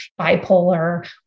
bipolar